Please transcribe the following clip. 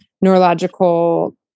neurological